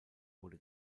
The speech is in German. wurde